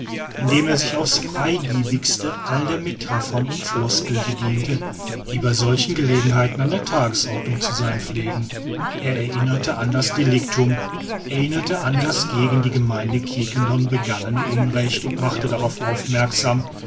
indem er sich auf's freigebigste all der metaphern und floskeln bediente die bei solchen gelegenheiten an der tagesordnung zu sein pflegen er erinnerte an das delictum erinnerte an das gegen die gemeinde quiquendone begangene unrecht und machte darauf aufmerksam